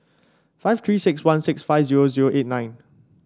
five Three six one six five zero zero eight nine